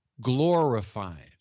glorified